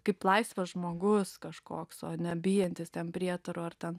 kaip laisvas žmogus kažkoks o nebijantis ten prietarų ar ten